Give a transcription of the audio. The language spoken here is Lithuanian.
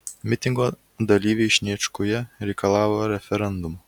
mitingo dalyviai sniečkuje reikalavo referendumo